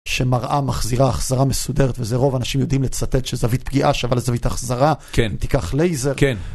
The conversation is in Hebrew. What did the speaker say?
שמראה מחזירה החזרה מסודרת וזה רוב אנשים יודעים לצטט שזווית פגיעה שווה לזווית החזרה כן, תיקח לייזר, כן